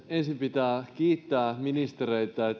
ensin pitää kiittää ministereitä että